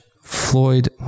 Floyd